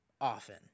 often